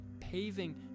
paving